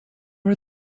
are